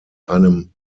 einem